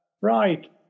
Right